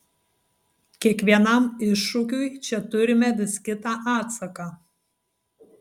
kiekvienam iššūkiui čia turime vis kitą atsaką